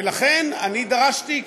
ולכן דרשתי,